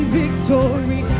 victory